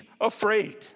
afraid